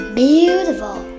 beautiful